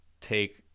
take